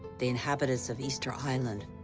the inhabitants of easter island,